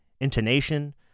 intonation